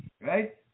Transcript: Right